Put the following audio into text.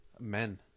Men